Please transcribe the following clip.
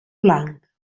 blanc